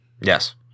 Yes